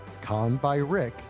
conbyrick